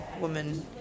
woman